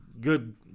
good